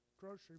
grocery